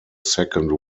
second